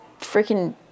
freaking